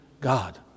God